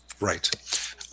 Right